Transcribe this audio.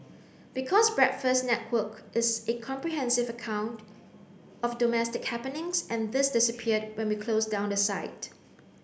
because Breakfast Network is a comprehensive account of domestic happenings and this disappeared when we closed down the site